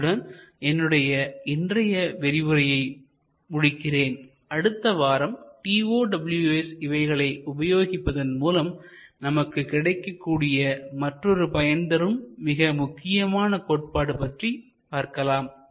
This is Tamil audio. இத்துடன் என்னுடைய இன்றைய விரிவுரையை முடிக்கிறேன் அடுத்த வாரம் TOWS இவைகளை உபயோகிப்பதன் மூலம் நமக்கு கிடைக்கக்கூடிய மற்றொரு பயன்தரும் மிக முக்கியமான கோட்பாடு பற்றி பார்க்கலாம்